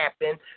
happen